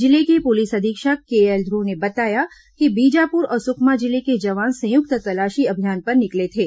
जिले के पुलिस अधीक्षक केएल ध्रुव ने बताया कि बीजापुर और सुकमा जिले के जवान संयुक्त तलाशी अभियान पर निकले थे